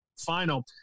final